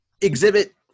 exhibit